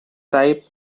type